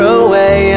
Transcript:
away